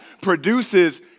produces